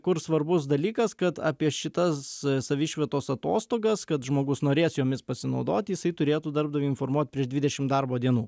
kur svarbus dalykas kad apie šitas savišvietos atostogas kad žmogus norės jomis pasinaudoti jisai turėtų darbdavį informuot prieš dvidešimt darbo dienų